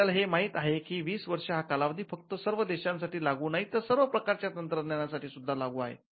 आपल्याला हे माहित आहे की वीस वर्ष हा कालावधी फक्त सर्व देशांसाठी लागू नाही तर सर्व प्रकारच्या तंत्रज्ञानासाठी सुद्धा लागू आहे